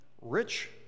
rich